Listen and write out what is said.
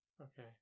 Okay